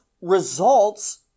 results